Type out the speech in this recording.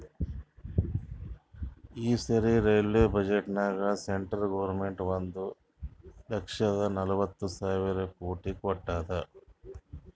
ಈ ಸರಿ ರೈಲ್ವೆ ಬಜೆಟ್ನಾಗ್ ಸೆಂಟ್ರಲ್ ಗೌರ್ಮೆಂಟ್ ಒಂದ್ ಲಕ್ಷದ ನಲ್ವತ್ ಸಾವಿರ ಕೋಟಿ ಕೊಟ್ಟಾದ್